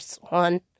one